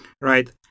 right